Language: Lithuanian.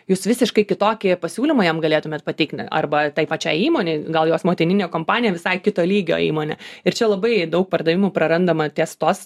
jūs visiškai kitokį pasiūlymą jam galėtumėt pateikt net arba tai pačiai įmonei gal jos motininė kompanija visai kito lygio įmonė ir čia labai daug pardavimų prarandama ties tos